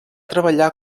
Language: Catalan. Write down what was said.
treballar